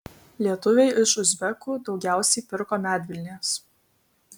lietuviai iš uzbekų daugiausiai pirko medvilnės